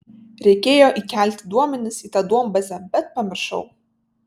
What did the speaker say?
reikėjo įkelti duomenis į tą duombazę bet pamiršau